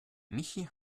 michi